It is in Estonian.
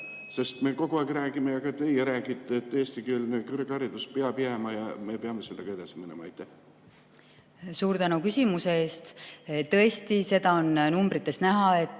Me ju kogu aeg räägime ja teie räägite, et eestikeelne kõrgharidus peab jääma ja me peame sellega edasi minema. Suur tänu küsimuse eest! Tõesti, seda on numbrites näha, et